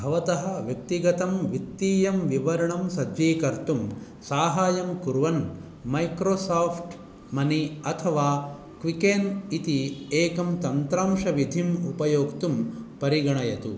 भवतः व्यक्तिगतं वित्तीयं विवरणं सज्जीकर्तुं साहाय्यं कुर्वन् मैक्रोसाफ्ट् मनि अथवा क्विकेन् इति एकं तन्त्रांशविधिम् उपयोक्तुं परिगणयतु